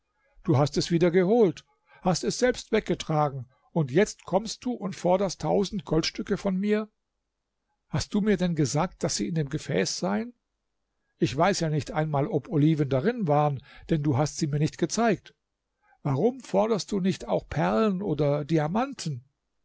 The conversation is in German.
du hast es wieder geholt hast es selbst weggetragen und jetzt kommst du und forderst tausend goldstücke von mir hast du mir denn gesagt daß sie in dem gefäß seien ich weiß ja nicht einmal ob oliven darin waren denn du hast sie mir nicht gezeigt warum forderst du nicht auch perlen oder diamanten